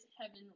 heaven